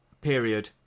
period